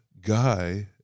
guy